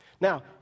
Now